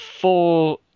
four